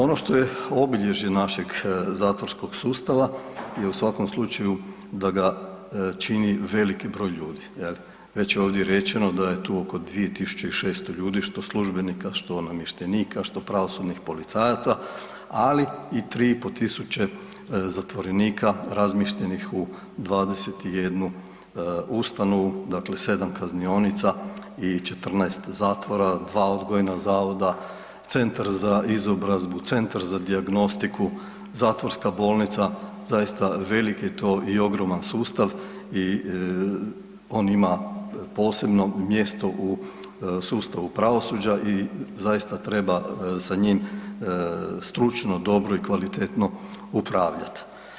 Ono što je obilježje našeg zatvorskog sustava je u svakom slučaju da ga čini veliki broj ljudi je li, već je ovdje rečeno da je tu oko 2.600 ljudi što službenika, što namještenika, što pravosudnih policajaca, ali i 3.500 zatvorenika razmještenih u 21 ustanovu, dakle 7 kaznionica i 14 zatvora, 2 odgojna zavoda, centar za izobrazbu, centar za dijagnostiku, zatvorska bolnica, zaista velik je to i ogroman sustav i on ima posebno mjesto u sustavu pravosuđa i zaista treba sa njim stručno, dobro i kvalitetno upravljati.